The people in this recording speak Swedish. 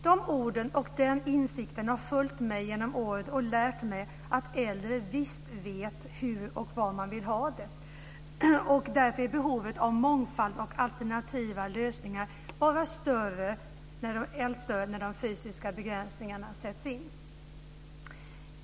De orden och den insikten har följt mig genom åren och lärt mig att äldre visst vet hur de vill ha det och vad de vill ha, och därför är behovet av mångfald och alternativa lösningar än större när de fysiska begränsningarna sätter in.